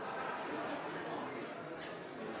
Det er altså